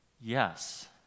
Yes